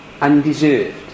undeserved